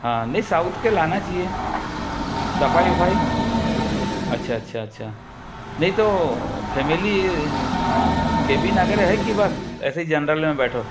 हाँ नहीं साउथ के लाना चाहिए सफ़ाई उफ़ाई अच्छा अच्छा अच्छा नहीं तो फ़ैमिली केबिन अगर है कि बस ऐसे ही जनरल में बैठो